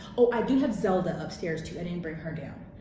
oh i do have zelda upstairs too, i didn't bring her down.